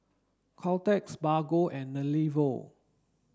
Caltex Bargo and